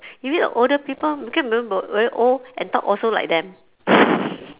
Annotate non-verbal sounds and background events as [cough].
you meet the older people because very old and talk also like them [laughs]